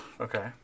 Okay